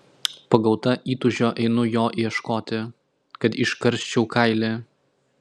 pagauta įtūžio einu jo ieškoti kad iškarščiau kailį